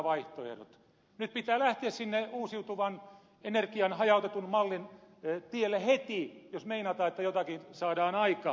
nyt pitää lähteä sinne uusiutuvan energian hajautetun mallin tielle heti jos meinataan että jotakin saadaan aikaan